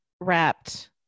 wrapped